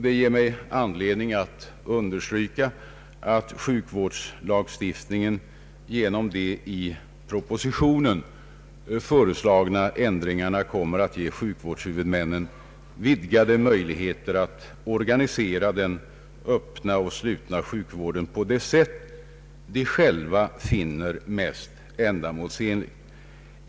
Det ger mig anledning att understryka att sjukvårdslagstiftningen genom de i propositionen föreslagna ändringarna kommer att ge sjukvårdshuvudmännen vidgade möjligheter att organisera den öppna och slutna sjukvården på det sätt de själva finner mest ändamålsenligt.